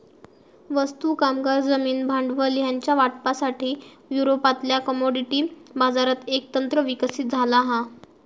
वस्तू, कामगार, जमीन, भांडवल ह्यांच्या वाटपासाठी, युरोपातल्या कमोडिटी बाजारात एक तंत्र विकसित झाला हा